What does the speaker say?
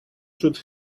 should